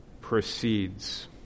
proceeds